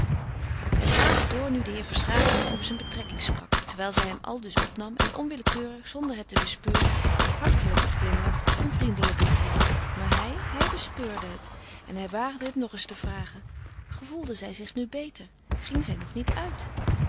hij praatte door nu de heer verstraeten hem over zijn betrekking sprak terwijl zij hem aldus opnam en onwillekeurig zonder het te bespeuren hartelijker glimlachte en vriendelijker vroeg maar hij hij bespeurde het en hij waagde het nog eens te vragen gevoelde zij zich nu beter ging zij nog niet uit